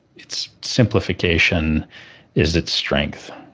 its simplification is its strength.